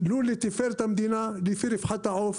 לול לתפארת המדינה לרווחת העוף,